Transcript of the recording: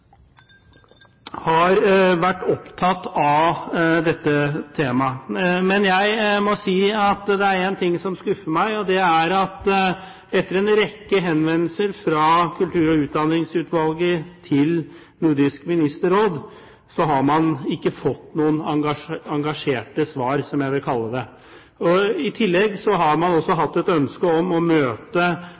har vært opptatt av dette temaet. Men det er en ting som skuffer meg. Det er at etter en rekke henvendelser fra kultur- og utdanningsutvalget til Nordisk Ministerråd har man ikke fått noen engasjerte svar, som jeg vil kalle det. I tillegg har man også hatt et ønske om å møte